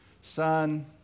Son